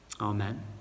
Amen